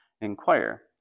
inquire